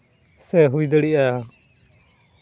ᱥᱮ ᱦᱩᱭ ᱫᱟᱲᱮᱭᱟᱜᱼᱟ